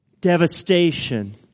devastation